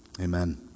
Amen